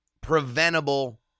preventable